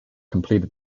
completed